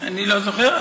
אני לא זוכר.